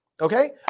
Okay